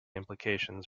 implications